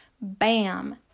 bam